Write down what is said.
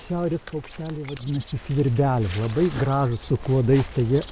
šiaurės paukšteliai vadinasi svirbeliai labai gražūs su kuodais tai jie